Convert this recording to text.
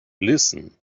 listen